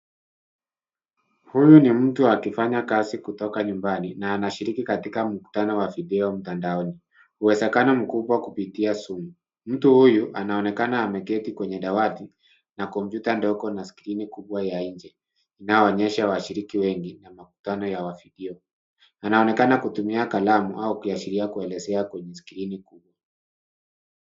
Huyu ni mtu akifanya kazi kutoka nyumbani na anashiriki katika mkutano wa video mtandaoni, uwezekano mkubwa kupitia zoom . Mtu huyu anaonekana ameketi kwenye dawati na kompyuta ndogo na skrini kubwa ya nje inayoonyesha washiriki wengi na makutano ya wa video. Anaonekana kutumia kalamu au kiashiria kuelezea kwenye skrini kubwa.